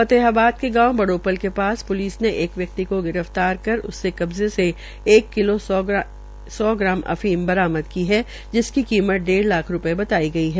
फतेहाबाद के गांव बड़ोपल के पास प्लिस ने एक व्यक्ति को गिर फ्तार कर उसके कब्जे से एक किलो सौ ग्राम अफीम बरामद की है जिसकी कीमत डेढ़ लाख रूपये बताई गई है